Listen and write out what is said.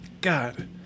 God